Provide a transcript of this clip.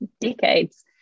decades